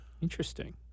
Interesting